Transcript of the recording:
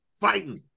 fighting